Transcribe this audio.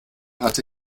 hatte